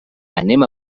anem